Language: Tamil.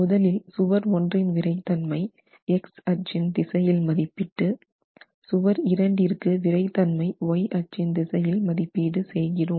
முதலில் சுவர் 1 ஒன்றின் விறைத்தன்மை x அச்சின் திசையில் மதிப்பிட்டு சுவர் 2 இரண்டிற்கு விறைத்தன்மை y அச்சின் திசையில் மதிப்பீடு செய்கிறோம்